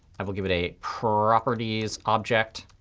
i will give it a properties object,